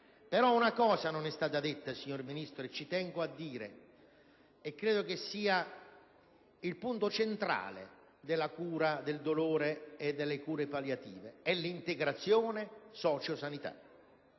però non è stata detta, signor Ministro, e ci tengo a dirla perché credo sia il punto centrale della cura del dolore e delle cure palliative. Mi riferisco all'integrazione socio-sanitaria.